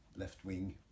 left-wing